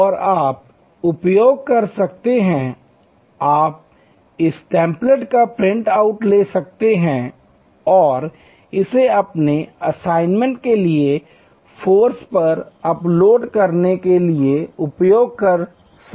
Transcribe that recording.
और आप उपयोग कर सकते हैं आप इस टेम्पलेट का प्रिंट आउट ले सकते हैं और इसे अपने असाइनमेंट के लिए फ़ोरम पर अपलोड करने के लिए उपयोग कर सकते हैं